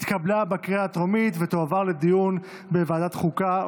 התקבלה בקריאה הטרומית ותועבר לדיון בוועדת החוקה,